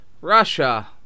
Russia